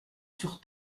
sur